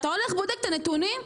אתה הולך בודק את הנתונים,